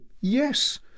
Yes